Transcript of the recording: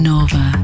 Nova